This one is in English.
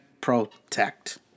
protect